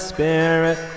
Spirit